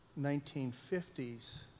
1950s